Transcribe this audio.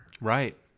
Right